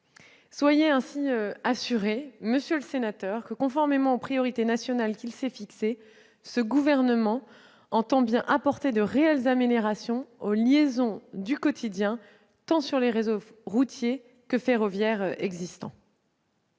Soyez ainsi assuré, monsieur le sénateur, que, conformément aux priorités nationales qu'il s'est fixées, le Gouvernement entend bien apporter de réelles améliorations aux liaisons du quotidien, sur les réseaux tant ferroviaires que routiers.